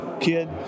kid